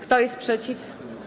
Kto jest przeciw?